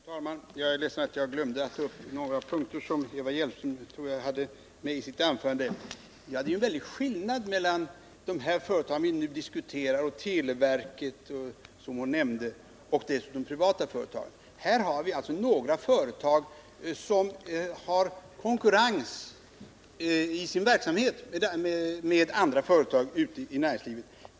Fru talman! Jag är ledsen att jag glömde att ta upp några punkter som Eva Hjelmström hade med i sitt anförande. Det är en väldig skillnad mellan de företag vi nu diskuterar och televerket, som Eva Hjelmström nämnde, och dessutom privata företag. Här har vi alltså några företag som i sin verksamhet konkurrerar med andra företag ute i näringslivet.